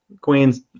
Queens